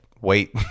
wait